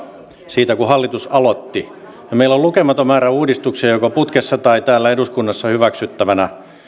siitä kun hallitus aloitti ja meillä on lukematon määrä uudistuksia joko putkessa tai täällä eduskunnassa hyväksyttävänä